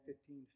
fifteen